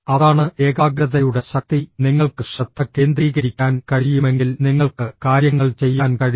അതാണ് ഏകാഗ്രതയുടെ ശക്തി നിങ്ങൾക്ക് ശ്രദ്ധ കേന്ദ്രീകരിക്കാൻ കഴിയുമെങ്കിൽ നിങ്ങൾക്ക് കാര്യങ്ങൾ ചെയ്യാൻ കഴിയും